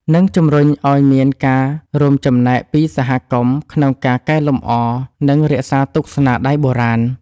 និងជួយជំរុញឲ្យមានការរួមចំណែកពីសហគមន៍ក្នុងការកែលម្អ និងរក្សាទុកស្នាដៃបុរាណ។